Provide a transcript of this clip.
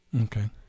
Okay